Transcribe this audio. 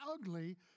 ugly